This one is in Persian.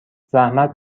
زحمت